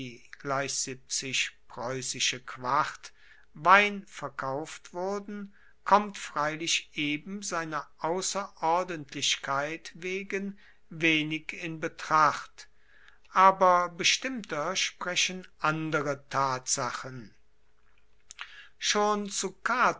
wein verkauft wurden kommt freilich eben seiner ausserordentlichkeit wegen wenig in betracht aber bestimmter sprechen andere tatsachen schon zu